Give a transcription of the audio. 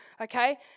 okay